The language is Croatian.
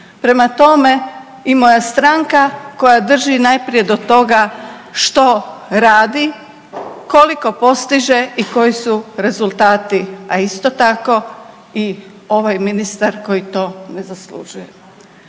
Prema tome, i moja stranka koja drži najprije do toga što radi, koliko postiže i koji su rezultati, a isto tako i ovaj ministar koji to ne zaslužuje.